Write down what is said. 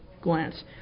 glance